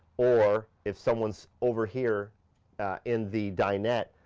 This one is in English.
or if someone's over here in the dinette,